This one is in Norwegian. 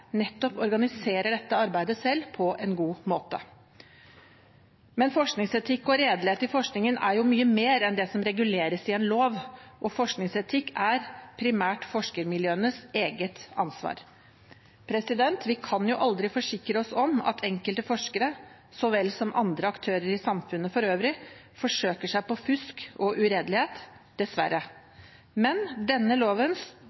nettopp organiserer dette arbeidet selv på en god måte. Forskningsetikk og redelighet i forskningen er mye mer enn det som reguleres i en lov, og forskningsetikk er primært forskermiljøenes eget ansvar. Vi kan aldri forsikre oss mot at enkelte forskere, så vel som andre aktører i samfunnet for øvrig, forsøker seg på fusk og uredelighet,